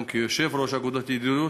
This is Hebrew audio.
גם כיושב-ראש אגודות ידידות,